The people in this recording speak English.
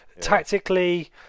tactically